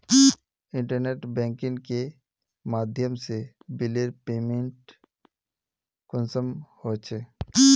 Internet banking के माध्यम से बिलेर पेमेंट कुंसम होचे?